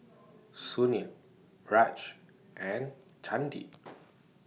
Sunil Raj and Chandi